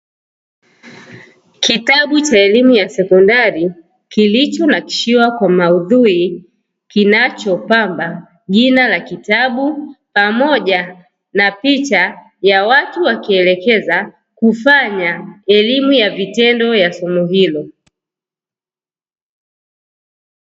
Kitabu cha elimu ya sekondari kilichonakshiwa kwa maudhui, kinachopamba jina la kitabu pamoja na picha ya watu wakielekeza kufanya elimu ya vitendo ya somo hilo.